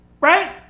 right